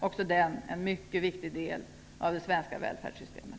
Också den är en mycket viktig del av det svenska välfärdssystemet.